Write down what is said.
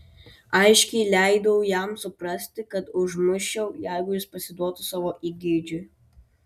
aiškiai leidau jam suprasti kad užmuščiau jeigu jis pasiduotų savo įgeidžiui